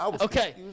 Okay